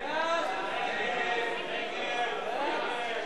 הכול בסעיף 2 להצעת החוק.